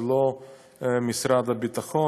זה לא משרד הביטחון,